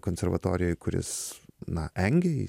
konservatorijoj kuris na engė jį